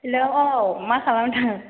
hello औ मा खालामदों